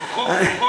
כוחו